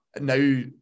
Now